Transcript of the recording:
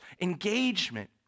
engagement